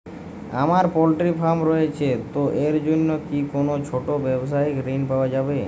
আমার poultry farm রয়েছে তো এর জন্য কি কোনো ছোটো ব্যাবসায়িক ঋণ পাওয়া যাবে?